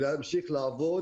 להמשיך לעבוד.